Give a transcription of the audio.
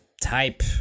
type